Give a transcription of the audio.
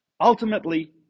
ultimately